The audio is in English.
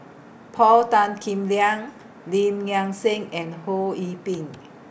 Paul Tan Kim Liang Lim Nang Seng and Ho Yee Ping